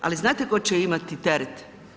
Ali znate tko će imati teret?